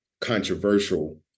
controversial